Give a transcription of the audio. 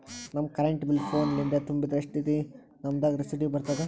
ನಮ್ current bill phone ಲಿಂದೇ ತುಂಬಿದ್ರ, ಎಷ್ಟ ದಿ ನಮ್ ದಾಗ ರಿಸಿಟ ಬರತದ?